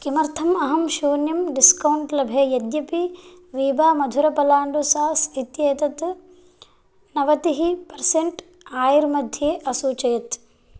किमर्थम् अहं शून्यं डिस्कौण्ट् लभे यद्यपि वेबा मधुरपलाण्डु सास् इत्यतत् नवतिः पर्सेन्ट् आयर् मध्ये असूचयत्